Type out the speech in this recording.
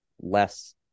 less